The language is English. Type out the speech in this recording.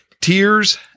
tears